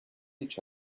each